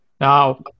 Now